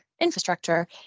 infrastructure